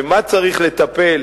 במה צריך לטפל,